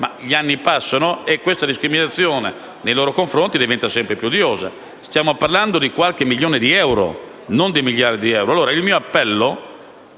ma gli anni passano e questa discriminazione nei loro confronti diventa sempre più odiosa. Stiamo parlando di qualche milione di euro, non di miliardi di euro.